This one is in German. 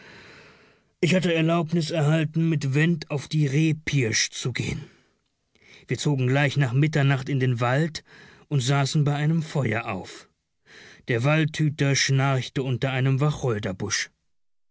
ich hatte erlaubnis erhalten mit went auf die rehpirsch zu gehen wir zogen gleich nach mitternacht in den wald und saßen bei einem feuer auf der waldhüter schnarchte unter einem